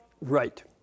Right